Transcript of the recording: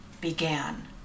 began